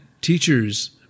teachers